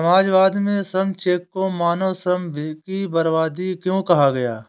समाजवाद में श्रम चेक को मानव श्रम की बर्बादी क्यों कहा गया?